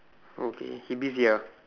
oh okay he busy ah